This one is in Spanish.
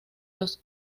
los